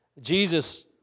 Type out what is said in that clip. Jesus